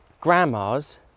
grandmas